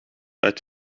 uit